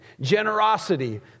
generosity